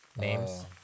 names